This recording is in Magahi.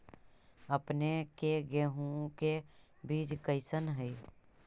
अपने के गेहूं के बीज कैसन है?